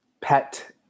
pet